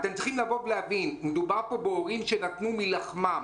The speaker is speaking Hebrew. אתם צריכים להבין שמדובר בהורים שנתנו מלחמם.